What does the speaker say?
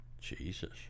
Jesus